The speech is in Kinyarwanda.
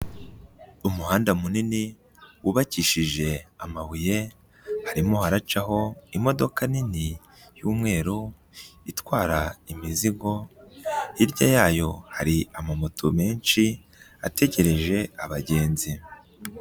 Umuhanda munini wubakishije amabuye harimo haracaho imodoka nini y'umweru itwara imizigo, hirya yayo hari amamoto menshi ategereje abagenzi.